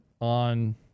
on